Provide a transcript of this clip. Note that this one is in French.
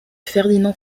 ferdinand